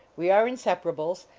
we are in separables.